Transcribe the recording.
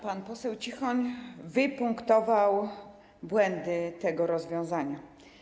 Pan poseł Cichoń wypunktował błędy tego rozwiązania.